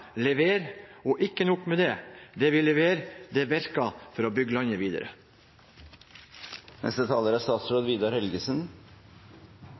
levere lavere bompengeavgift – for første gang i historien. Dette viser at Fremskrittspartiet og regjeringen leverer. Og ikke nok med det – det vi leverer, virker for å bygge landet videre.